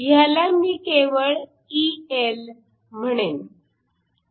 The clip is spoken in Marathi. ह्याला मी केवळ EL म्हणेन